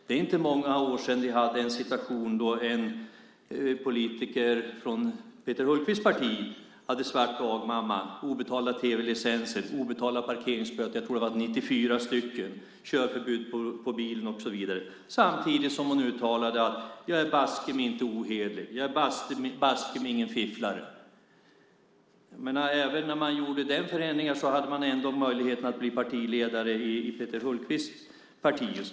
Det är inte många år sedan vi hade en situation där en politiker från Peter Hultqvists parti hade svart dagmamma, obetalda tv-licenser, obetalda parkeringsböter - jag tror att det var 94 stycken - körförbud och så vidare. Samtidigt uttalade hon: Jag är baske mig inte ohederlig! Jag är baske mig ingen fifflare! Men när förändringen gjordes hade man ändå möjlighet att bli partiledare i Peter Hultqvists parti.